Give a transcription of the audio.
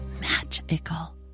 magical